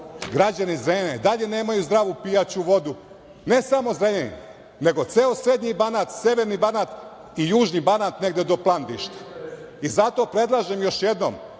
građani Zrenjanina i dalje nemaju zdravu pijaću vodu, ne samo Zrenjanin, nego ceo srednji Banat, severni Banat i južni Banat negde do Plandišta. Zato predlažem još jednom,